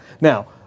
Now